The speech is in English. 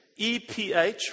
EPH